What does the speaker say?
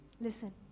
listen